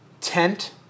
tent